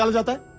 ah brother.